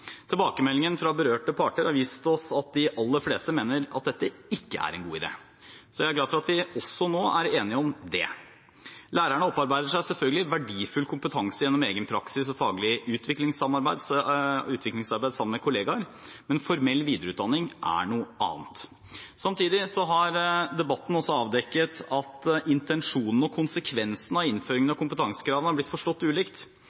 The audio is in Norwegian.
Tilbakemeldingen fra berørte parter har vist oss at de aller fleste mener at dette ikke er en god idé, så jeg er glad for at vi også er enige om det. Lærerne opparbeider seg selvfølgelig verdifull kompetanse gjennom egen praksis og faglig utviklingsarbeid sammen med kolleger, men formell videreutdanning er noe annet. Samtidig har debatten også avdekket at intensjonene med og konsekvensene av innføringen av kompetansekravene har blitt forstått ulikt,